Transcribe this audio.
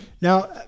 Now